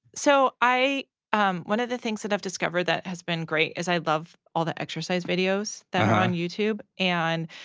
so um one of the things that i've discovered that has been great is i love all the exercise videos that are on youtube. and,